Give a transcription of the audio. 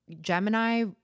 Gemini